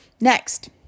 Next